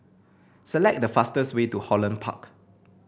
select the fastest way to Holland Park